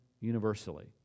universally